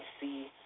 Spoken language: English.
see